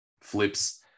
flips